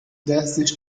دستش